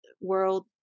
world